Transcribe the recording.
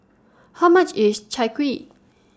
How much IS Chai Kuih